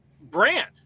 brand